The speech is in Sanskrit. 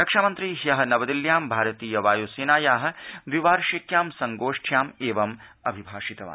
रक्षामन्त्री ह्यः नवदिल्ल्यां भारतीय वायु सेनायाः द्विवार्षिक्यां संगोष्ठ्यां एवम् अभिभाषितवान्